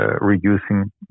reducing